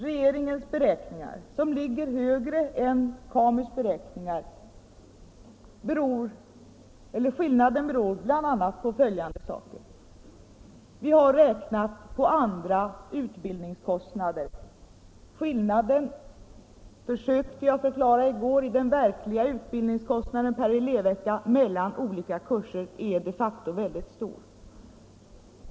Skillnaden mellan regeringens beräkningar och KAMU:s beräkningar, som ligger högre, beror bl.a. på följande saker: Vi har räknat med andra utbildningskostnader. Skillnaden — försökte jag förklara i går — i den verkliga utbildningskostnaden per elevvecka mellan olika kurser är de facto väldigt stor.